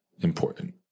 important